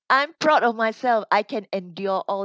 I'm proud of myself I can endure all